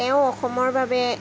তেওঁ অসমৰ বাবে